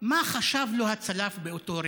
מה חשב לו הצלף באותו רגע.